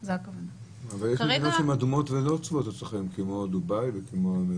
אבל יש מדינות אדומות שהן לא צבועות אצלכם כמו דובאי והאמירויות?